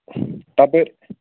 تَپٲرۍ